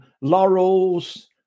laurels